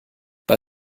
bei